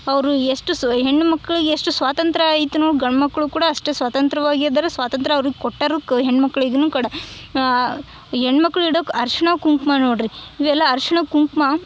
ಅವ್ರು ಎಷ್ಟು ಸ ಹೆಣ್ಣು ಮಕ್ಕಳಿಗೆ ಎಷ್ಟು ಸ್ವಾತಂತ್ರ್ಯ ಆಯ್ತುನು ಗಂಡು ಮಕ್ಕಳು ಕೂಡ ಅಷ್ಟೇ ಸ್ವಾತಂತ್ರ್ಯವಾಗಿ ಇದರೆ ಸ್ವಾತಂತ್ರ್ಯ ಅವ್ರಿಗೆ ಕೊಟ್ಟರು ಕ ಹೆಣ್ಣು ಮಕ್ಕಳಿಗೂನು ಕೂಡ ಹೆಣ್ಣು ಮಕ್ಕಳು ಇಡಾಕೆ ಅರ್ಶ್ನ ಕುಂಕುಮ ನೋಡ್ರಿ ಇವೆಲ್ಲ ಅರ್ಶ್ನ ಕುಂಕುಮ